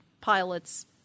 pilots